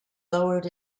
lowered